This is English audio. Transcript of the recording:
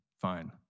fine